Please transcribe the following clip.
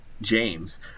James